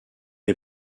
est